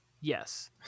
Yes